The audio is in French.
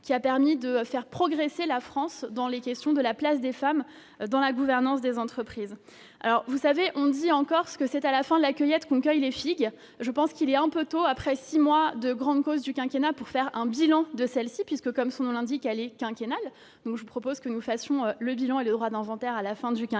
qui a permis de faire progresser la France sur les questions touchant à la place des femmes dans la gouvernance des entreprises. On dit, en Corse, que c'est à la fin de la cueillette que l'on compte les figues. Il est donc un peu tôt, six mois après le lancement de la grande cause du quinquennat, pour faire un bilan de celle-ci, puisque, comme son nom l'indique, elle est quinquennale. Je propose que nous fassions le bilan et le droit d'inventaire à la fin du quinquennat.